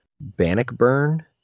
Bannockburn